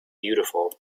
beautiful